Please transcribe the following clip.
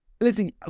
listen